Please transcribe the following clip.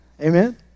Amen